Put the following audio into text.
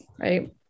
Right